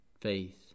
faith